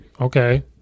Okay